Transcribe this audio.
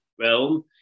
realm